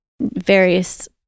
various